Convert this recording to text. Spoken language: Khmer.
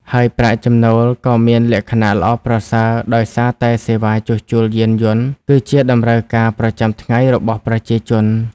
ហើយប្រាក់ចំណូលក៏មានលក្ខណៈល្អប្រសើរដោយសារតែសេវាជួសជុលយានយន្តគឺជាតម្រូវការប្រចាំថ្ងៃរបស់ប្រជាជន។